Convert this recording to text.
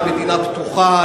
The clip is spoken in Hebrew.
היא מדינה פתוחה,